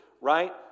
right